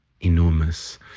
enormous